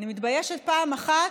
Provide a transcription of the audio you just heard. אני מתביישת פעם אחת,